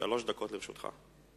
עשר דקות לרשותך.